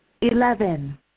Eleven